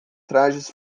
trajes